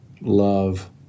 Love